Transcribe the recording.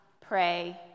pray